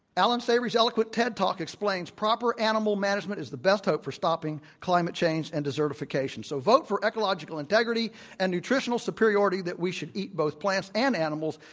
alan savory's eloquent ted talk explains proper animal management is the best hope for stopping climate change and desertification. so vote for ecological integrity and nutritional superiority that we should eat both plants and animals.